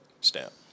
Stamp